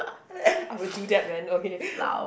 I will do that man okay